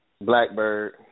Blackbird